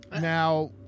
now